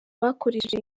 bakoresheje